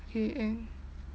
K end